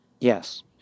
Yes